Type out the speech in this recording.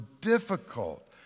difficult